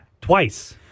twice